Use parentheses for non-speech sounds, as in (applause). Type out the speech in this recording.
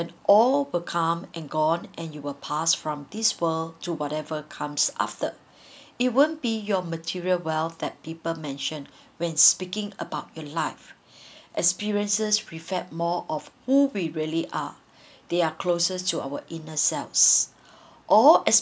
and all become and gone and you will pass from this world to whatever comes after (breath) it won't be your material wealth that people mention when speaking about your life (breath) experiences prevail more of who we really are (breath) they are closer to our inner selves all